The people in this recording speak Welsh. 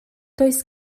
does